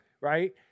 right